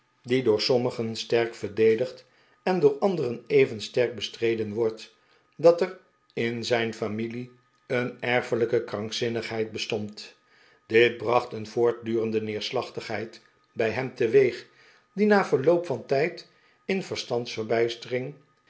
gevestigd j sommigen sterk verdedigd en door anderen even sterk bestreden wordt dat er in zijn familie een erfelijke krankzinnigheid bestond dit bracnt een voortdurende neerslachtigheid bij hem teweeg die na verloop van tijd in verstandsverbijstering